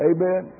Amen